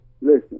Listen